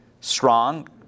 strong